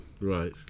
Right